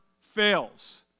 fails